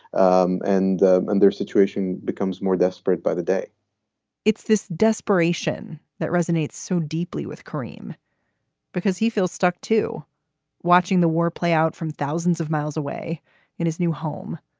um and and their situation becomes more desperate by the day it's this desperation that resonates so deeply with karim because he feels stuck to watching the war play out from thousands of miles away in his new home,